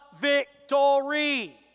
victory